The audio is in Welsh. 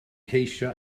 ceisio